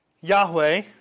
Yahweh